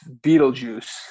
Beetlejuice